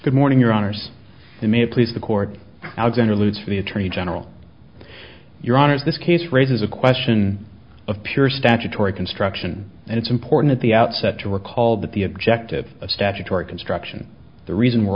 good morning your honour's may it please the court i'm going to lose for the attorney general your honour's this case raises a question of pure statutory construction and it's important at the outset to recall that the objective of statutory construction the reason we're